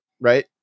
right